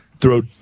throw